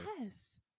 yes